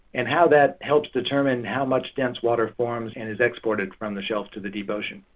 and how that helps determine how much dense water forms and is exported from the shelf to the deep ocean.